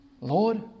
Lord